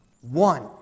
One